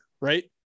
right